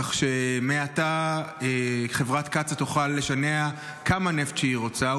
כך שמעתה חברת קצא"א תוכל לשנע כמה נפט שהיא רוצה.